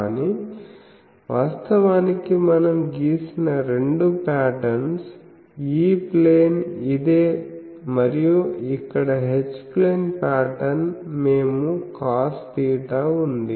కానీ వాస్తవానికి మనం గీసిన రెండు ప్యాటర్న్ E ప్లేన్ ఇదే మరియు ఇక్కడ H ప్లేన్ ప్యాటర్న్ మేము కాస్ తీటా ఉంది